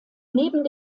neben